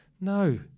No